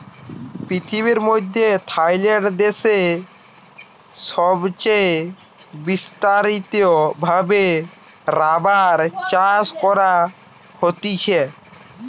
পৃথিবীর মধ্যে থাইল্যান্ড দেশে সবচে বিস্তারিত ভাবে রাবার চাষ করা হতিছে